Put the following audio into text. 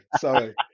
Sorry